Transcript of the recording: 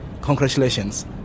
Congratulations